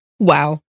Wow